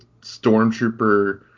stormtrooper